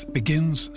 begins